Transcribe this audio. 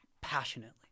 passionately